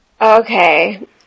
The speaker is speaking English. Okay